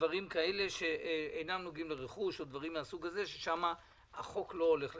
דברים שאינם נוגעים לרכוש או דברים אותם החוק לא הולך לשנות.